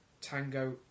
Tango